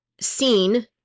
seen